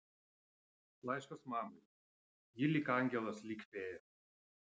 laiškas mamai ji lyg angelas lyg fėja